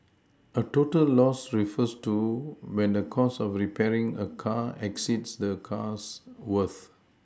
a total loss refers to when the cost of repairing a car exceeds the car's worth